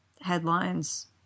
headlines